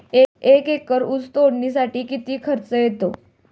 एक एकर ऊस तोडणीसाठी किती खर्च येतो?